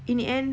in the end